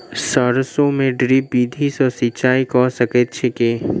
सैरसो मे ड्रिप विधि सँ सिंचाई कऽ सकैत छी की?